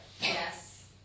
yes